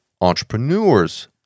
entrepreneurs